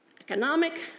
economic